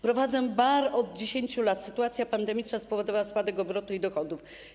Prowadzę bar od 10 lat, sytuacja pandemiczna spowodowała spadek obrotów i dochodów.